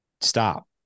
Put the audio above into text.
stop